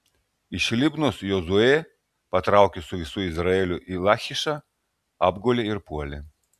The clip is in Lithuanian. iš libnos jozuė patraukė su visu izraeliu į lachišą apgulė ir puolė